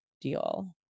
deal